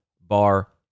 Bar